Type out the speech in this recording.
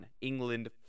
England